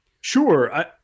Sure